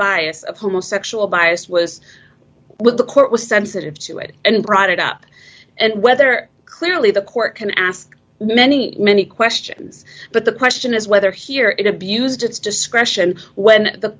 of homosexual bias was with the court was sensitive to it and brought it up and whether clearly the court can ask many many questions but the question is whether here it abused its discretion when the